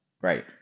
Great